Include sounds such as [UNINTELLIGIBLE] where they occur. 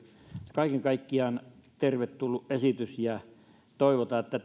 kaiken kaikkiaan tervetullut esitys ja toivotaan että [UNINTELLIGIBLE]